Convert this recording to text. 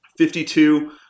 52